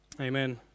Amen